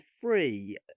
free